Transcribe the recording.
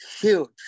huge